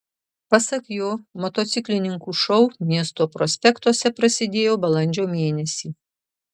pasak jo motociklininkų šou miesto prospektuose prasidėjo balandžio mėnesį